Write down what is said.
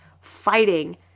fighting